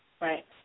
right